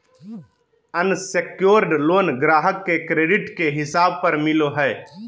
unsecured loan ग्राहक के credit के हिसाब पर मिलो हय